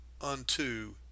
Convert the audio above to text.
unto